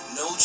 no